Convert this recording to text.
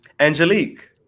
Angelique